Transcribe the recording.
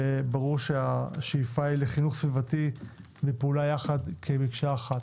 ברור שהשאיפה היא לחינוך סביבתי ולפעולה יחד כמקשה אחת.